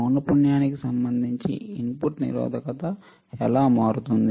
పౌనపుణ్యముకి సంబంధించి ఇన్పుట్ నిరోధకత ఎలా మారుతుంది